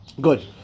Good